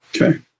Okay